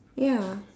ya